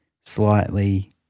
slightly